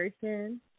person